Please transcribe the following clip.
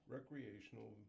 recreational